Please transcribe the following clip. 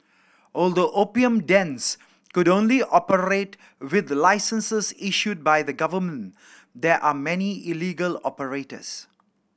although opium dens could only operate with licenses issued by the government there are many illegal operators